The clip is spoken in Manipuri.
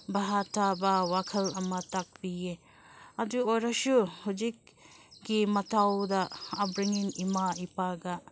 ꯚꯥꯞ ꯇꯥꯕ ꯋꯥꯈꯜ ꯑꯃ ꯇꯥꯛꯄꯤꯌꯦ ꯑꯗꯨ ꯑꯣꯏꯔꯁꯨ ꯍꯧꯖꯤꯛꯀꯤ ꯃꯇꯧꯗ ꯎꯞꯕ꯭ꯔꯤꯡꯒꯤꯡ ꯏꯃꯥ ꯏꯄꯥꯒ